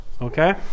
Okay